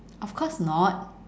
of course not